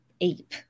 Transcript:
ape